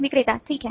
विक्रेता ठीक है